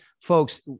folks